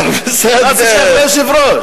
מה זה שייך ליושב-ראש?